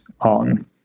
on